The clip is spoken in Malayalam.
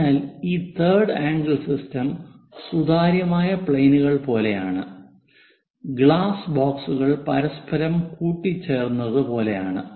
അതിനാൽ ഈ തേർഡ് ആംഗിൾ സിസ്റ്റം സുതാര്യമായ പ്ലെയിനുകൾ പോലെയാണ് ഗ്ലാസ് ബോക്സുകൾ പരസ്പരം കൂടിച്ചേർന്നത് പോലെയാണ്